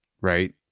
Right